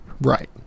right